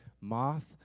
moth